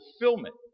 fulfillment